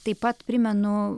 taip pat primenu